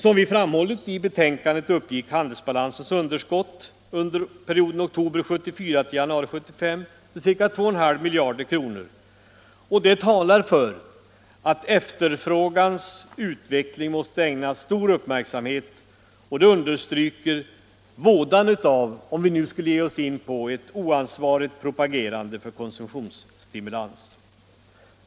Som vi framhållit i vårt betänkande uppgick handelsbalansens underskott under perioden oktober 1974-januari 1975 till ca 2,5 miljarder kr. Detta talar för att efterfrågans utveckling måste ägnas stor uppmärksamhet och understryker vådan av ett oansvarigt propagerande för konsumtionsstimulans.